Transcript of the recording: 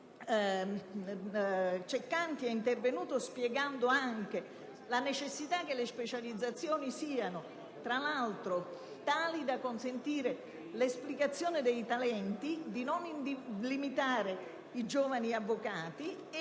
Il senatore Ceccanti è intervenuto spiegando anche la necessità che le specializzazioni siano, tra l'altro, tali da consentire l'esplicazione dei talenti, da non limitare i giovani avvocati e naturalmente da riconoscere